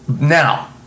Now